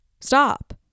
stop